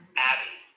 Abby